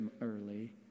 early